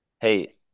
Hey